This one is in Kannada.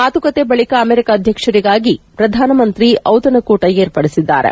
ಮಾತುಕತೆಯ ಬಳಿಕ ಅಮೆರಿಕ ಅಧ್ಯಕ್ಷರಿಗಾಗಿ ಪ್ರಧಾನಮಂತ್ರಿ ದಿತಣಕೂಟ ಏರ್ಪಡಿಸಿದ್ದಾರೆ